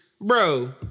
Bro